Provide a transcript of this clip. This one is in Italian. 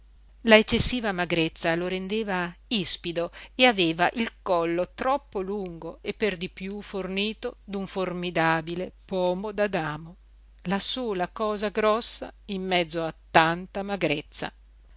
la eccessiva magrezza lo rendeva ispido e aveva il collo troppo lungo e per di piú fornito d'un formidabile pomo d'adamo la sola cosa grossa in mezzo a tanta magrezza